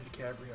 DiCaprio